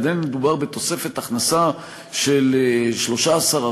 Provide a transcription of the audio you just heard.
עדיין מדובר בתוספת הכנסה של 13 14